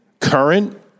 Current